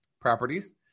properties